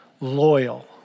loyal